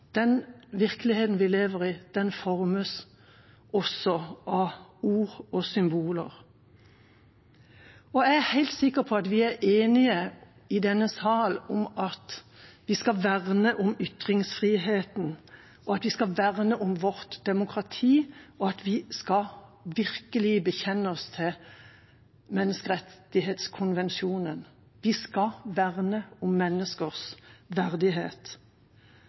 den virkeligheten vi lever i, også formes av ord og symboler. Jeg er helt sikker på at vi er enig i denne sal om at vi skal verne om ytringsfriheten, at vi skal verne om vårt demokrati, og at vi virkelig skal bekjenne oss til Menneskerettskonvensjonen. Vi skal verne om menneskers verdighet.